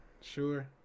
sure